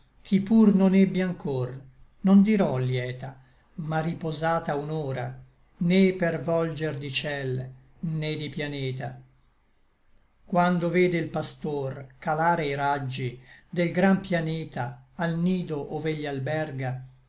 ch'i pur non ebbi anchor non dirò lieta ma riposata un'hora né per volger di ciel né di pianeta quando vede l pastor calare i raggi del gran pianeta al nido ov'egli alberga